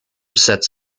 sets